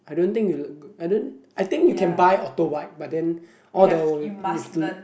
I don't think you look good I don't I think you can buy auto bike but then all the